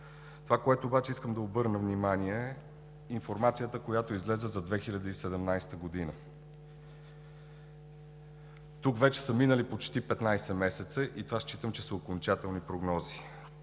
на което искам да обърна внимание, е информацията, която излезе за 2017 г. – тук вече са минали почти 15 месеца и считам, че това са окончателни прогнози.